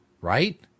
right